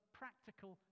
practical